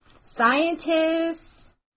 Scientists